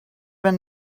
been